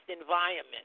environment